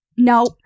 No